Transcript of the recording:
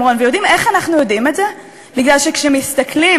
חבר הכנסת דודו רותם, שיושב כאן,